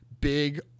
Big